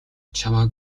чамайг